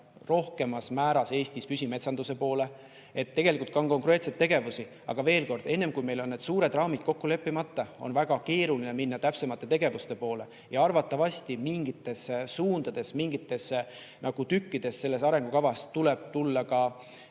rohkemas määras Eestis püsimetsanduse poole. Tegelikult on konkreetseid tegevusi. Aga veel kord: enne, kui meil on suured raamid kokku leppimata, on väga keeruline minna täpsemate tegevuste poole. Ja arvatavasti mingites suundades, mingites tükkides selles arengukavas tuleb tulla ka